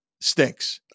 stinks